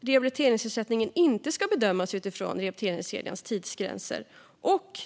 Rehabiliteringsersättningen ska då inte bedömas utifrån rehabiliteringskedjans tidsgränser, och